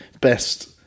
Best